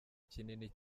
kinini